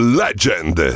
legend